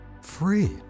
free